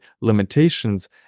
limitations